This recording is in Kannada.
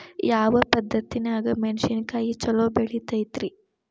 ಯಾವ ಪದ್ಧತಿನ್ಯಾಗ ಮೆಣಿಸಿನಕಾಯಿ ಛಲೋ ಬೆಳಿತೈತ್ರೇ?